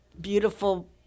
beautiful